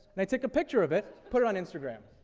and i take a picture of it, put it on instagram.